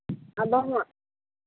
ᱟᱫᱚᱢᱟᱜ